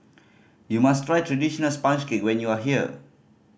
you must try traditional sponge cake when you are here